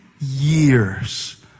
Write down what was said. years